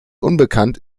unbekannt